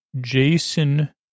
jason